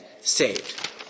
saved